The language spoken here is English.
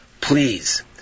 please